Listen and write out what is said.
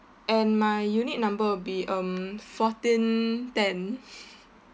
and my unit number will be um fourteen ten